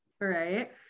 Right